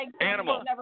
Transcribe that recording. Animal